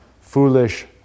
foolish